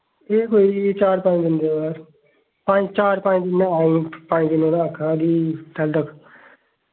एह् कोई चार पंज दिन दे बाद पंज चार पंज दिन ते आई पंज दिन ते आक्खै कि